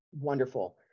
wonderful